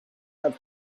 have